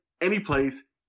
anyplace